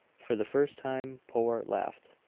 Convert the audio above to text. for the first time powart laughed.